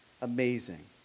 Amazing